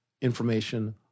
information